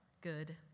good